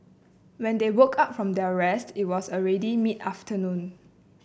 when they woke up from their rest it was already mid afternoon